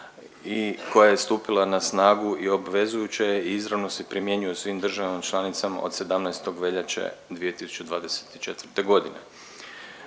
koja je stupila na snagu i obvezujuća je i izravno se primjenjuje u svim državama članicama od 17. veljače 2024. godine.